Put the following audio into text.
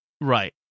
Right